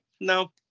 no